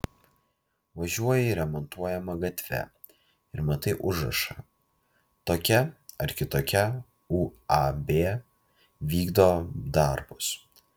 važiuoji remontuojama gatve ir matai užrašą tokia ar kitokia uab vykdo darbus